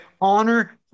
honor